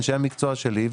אנשי המקצוע שלי.